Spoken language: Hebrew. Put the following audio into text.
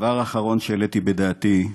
הדבר האחרון שהעליתי בדעתי,